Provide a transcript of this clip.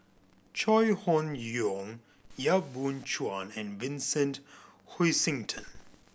Chai Hon Yoong Yap Boon Chuan and Vincent Hoisington